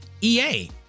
ea